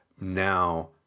now